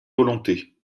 volontés